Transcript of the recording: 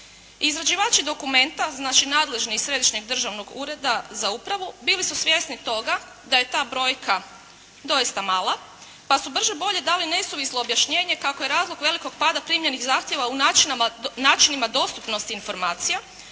Izrađivači dokumenta, znači nadležni iz središnjeg državnog ureda za upravu bili su svjesni toga da je ta brojka doista mala, pa su brže bolje dali nesuvislo objašnjenje kako je razlog velikog pada primljenih zahtjeva u načinima dostupnosti informacija,